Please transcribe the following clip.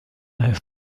have